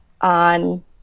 on